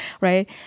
right